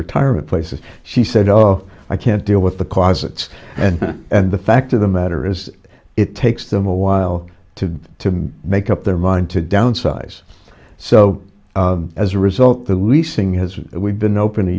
retirement places she said oh i can't deal with the closets and and the fact of the matter is it takes them a while to to make up their mind to downsize so as a result the leasing has we've been open a